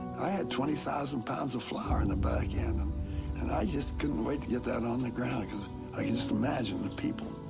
i had twenty thousand pounds of flour in the back, and um and i just couldn't wait to get that on the ground cause i could just imagine the people,